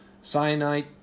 cyanide